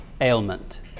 ailment